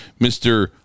Mr